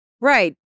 right